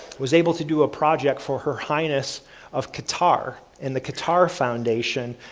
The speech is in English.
was able to do a project for her highness of qatar, and the qatar foundation,